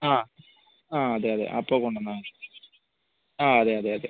ആ ആ അതെ അതെ അപ്പോൾ കൊണ്ടുവന്നാൽ മതി ആ അതെ അതെ അതെ